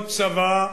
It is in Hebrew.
יחידות צבא,